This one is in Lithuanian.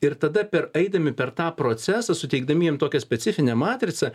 ir tada per eidami per tą procesą suteikdami jam tokią specifinę matricą